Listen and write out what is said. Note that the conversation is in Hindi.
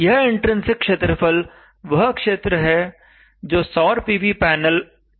यह इन्ट्रिन्सिक क्षेत्रफल वह क्षेत्र है जो सौर पीवी पैनल के द्वारा ग्रहित होगा